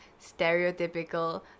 stereotypical